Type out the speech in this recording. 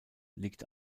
liegt